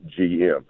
GM